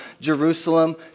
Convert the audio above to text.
Jerusalem